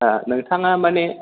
हा नोंथाङा माने